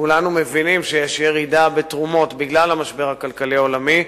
וכולנו מבינים שיש ירידה בתרומות בגלל המשבר הכלכלי העולמי,